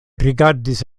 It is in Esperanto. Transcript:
rigardis